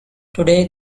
today